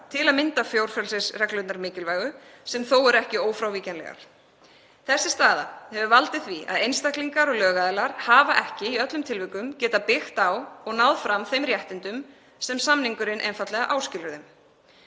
til að mynda fjórfrelsisreglurnar mikilvægu sem þó eru ekki ófrávíkjanlegar. Þessi staða hefur valdið því að einstaklingar og lögaðilar hafa ekki í öllum tilvikum getað byggt á og náð fram þeim réttindum sem samningurinn einfaldlega áskilur þeim.